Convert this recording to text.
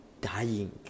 dying